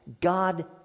God